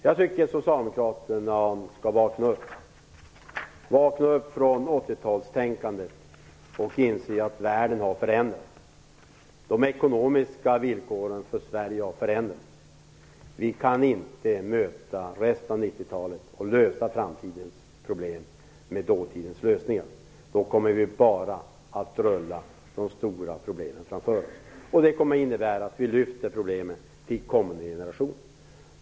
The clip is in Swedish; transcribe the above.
Jag tycker att Socialdemokraterna skall vakna upp från 80-talstänkandet och inse att världen har förändrats. De ekonomiska villkoren för Sverige har förändrats. Vi kan inte möta resten av 90-talet och lösa framtidens problem med dåtidens lösningar. Då kommer vi bara att rulla de stora problemen framför oss. Det kommer att innebära att vi lyfter över problemen till kommande generationer.